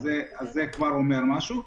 זה כבר אומר משהו.